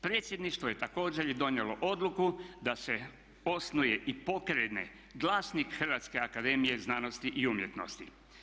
Predsjedništvo je također i donijelo odluku da se osnuje i pokrene glasnih Hrvatske akademije znanosti i umjetnosti.